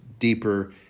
deeper